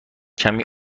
کمی